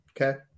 Okay